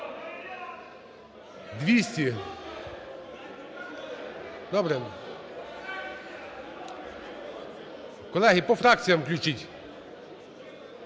За-200 Добре. Колеги, по фракціям включіть.